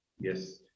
yes